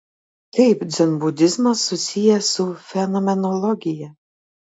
kaip dzenbudizmas susijęs su fenomenologija